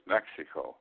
Mexico